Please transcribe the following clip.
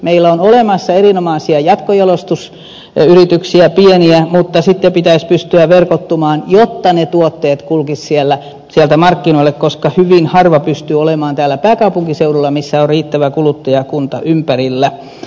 meillä on olemassa erinomaisia jatkojalostusyrityksiä pieniä mutta sitten pitäisi pystyä verkottumaan jotta ne tuotteet kulkisivat sieltä markkinoille koska hyvin harva pystyy olemaan täällä pääkaupunkiseudulla missä on riittävä kuluttajakunta ympärillä